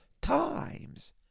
times